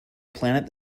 planet